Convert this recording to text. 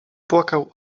płakał